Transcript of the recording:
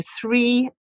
three